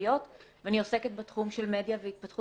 תלפיות ואני עוסקת בתחום של מדיה והתפתחות ילדים.